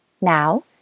Now